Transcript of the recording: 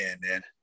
man